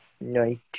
night